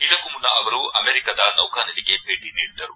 ಇದಕ್ಕೂ ಮುನ್ನ ಅವರು ಅಮೆರಿಕದ ನೌಕಾನೆಲೆಗೆ ಭೇಟ ನೀಡಿದರು